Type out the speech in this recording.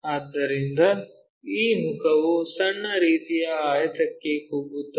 ಆದ್ದರಿಂದ ಈ ಮುಖವು ಸಣ್ಣ ರೀತಿಯ ಆಯತಕ್ಕೆ ಕುಗ್ಗುತ್ತದೆ